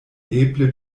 eble